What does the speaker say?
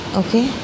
okay